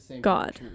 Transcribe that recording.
God